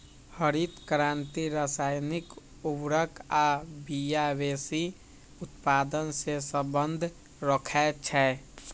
हरित क्रांति रसायनिक उर्वर आ बिया वेशी उत्पादन से सम्बन्ध रखै छै